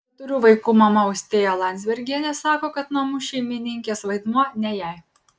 keturių vaikų mama austėja landzbergienė sako kad namų šeimininkės vaidmuo ne jai